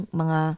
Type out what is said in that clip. mga